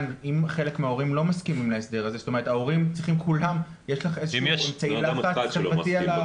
שההורים צריכים כולם להסכים להסדר.